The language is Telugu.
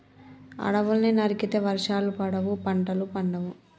అడవుల్ని నరికితే వర్షాలు పడవు, పంటలు పండవు